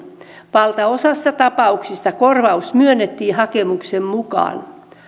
valtaosassa tapauksia korvaus myönnettiin hakemuksen mukaan